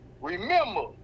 remember